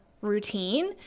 routine